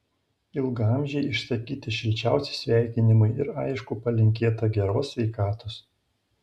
ilgaamžei išsakyti šilčiausi sveikinimai ir aišku palinkėta geros sveikatos